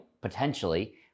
potentially